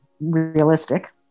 realistic